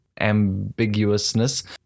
ambiguousness